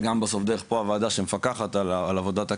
וגם בסוף דרך הוועדה פה שמפקחת על עבודת הקרן,